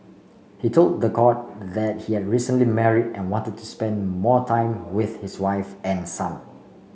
he told the court that he had recently marry and wanted to spend more time with his wife and son